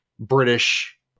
British